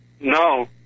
No